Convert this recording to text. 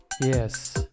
Yes